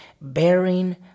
bearing